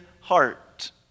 heart